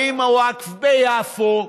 האם הווקף ביפו,